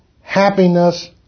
happiness